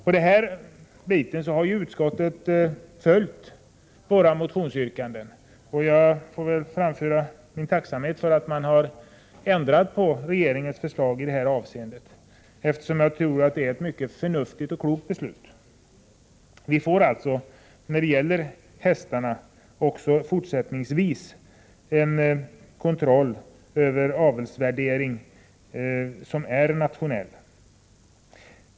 I detta avsnitt har utskottet följt våra motionsyrkanden, och jag vill uttrycka min tacksamhet för att utskottet ändrat på regeringens förslag i detta avseende. Jag tror att det är ett mycket förnuftigt och klokt beslut. När det gäller hästaveln får vi alltså även fortsättningsvis en nationell kontroll över avelsvärderingen.